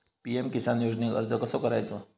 PM Kisan योजनेक अर्ज कसो करायचो?